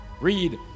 read